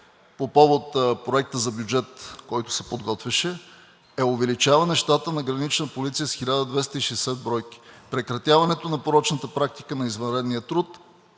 по повод Проекта за бюджет, който се подготвяше, е увеличаване щата на Гранична полиция с 1260 бройки, прекратяването на порочната практика на извънредния труд,